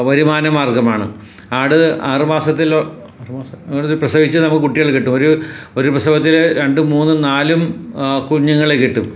വരുമാന മാർഗമാണ് ആട് ആറ് മാസത്തിലോ പ്രസവിച്ച് നമുക്ക് കുട്ടികളെ കിട്ടും ഒരു ഒരു പ്രസവത്തിൽ രണ്ടും മൂന്നും നാലും കുഞ്ഞുങ്ങളെ കിട്ടും